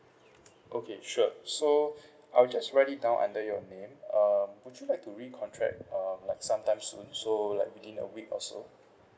okay sure so I'll just write it down under your name um would you like to recontract um like sometime soon so like within a week or so